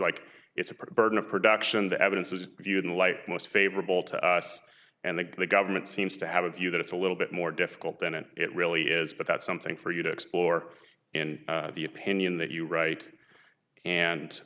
like it's a part burden of production the evidence is viewed in life most favorable to us and the government seems to have a view that it's a little bit more difficult than it really is but that's something for you to explore in the opinion that you write and